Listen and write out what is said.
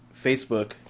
Facebook